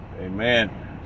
Amen